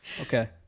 okay